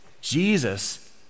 Jesus